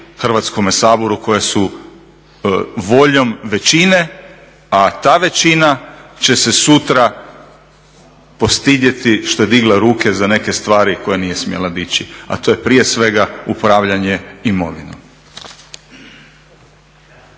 Hrvatskome saboru koje su voljom većine a ta većina će se sutra postidjeti što je digla ruke za neke stvari koje nije smjela dići a to je prije svega upravljanje imovinom.